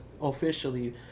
officially